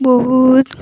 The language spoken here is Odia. ବହୁତ